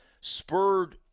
spurred